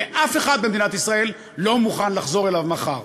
ואף אחד במדינת ישראל לא מוכן לחזור אליו מחר.